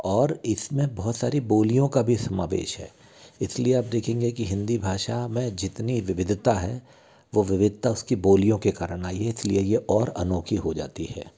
और इसमें बहुत सारी बोलियों का भी समावेश है इसलिए आप देखेंगे कि हिन्दी भाषा में जितनी विविधता है वो विविधता उसकी बोलियाें के कारण आई है इसलिए यह और अनोखी हो जाती है